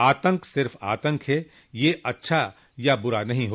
आतंक सिर्फ आतंक है यह अच्छा या बुरा नहीं ह